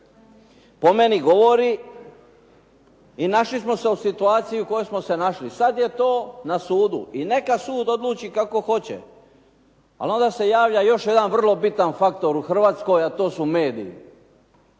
Po meni govori i našli smo se u situaciji u kojoj smo se našli. Sada je to na sudu. I neka sud odluči kako hoće. Ali onda se javlja još jedan vrlo bitan faktor u Hrvatskoj, a to su mediji